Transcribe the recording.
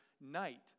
night